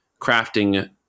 crafting